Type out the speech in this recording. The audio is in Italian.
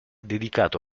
dedicato